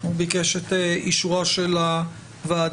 הוא ביקש את אישורה של הוועדה.